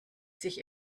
sich